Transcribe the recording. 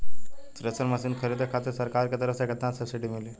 Thresher machine खरीदे खातिर सरकार के तरफ से केतना सब्सीडी मिली?